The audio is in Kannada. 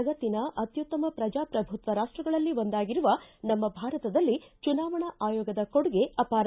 ಜಗತ್ತಿನ ಅತ್ಯುತ್ತಮ ಪ್ರಜಾಪ್ರಭುತ್ವ ರಾಷ್ಷಗಳಲ್ಲಿ ಒಂದಾಗಿರುವ ನಮ್ನ ಭಾರತದಲ್ಲಿ ಚುನಾವಣಾ ಆಯೋಗದ ಕೊಡುಗೆ ಅಪಾರ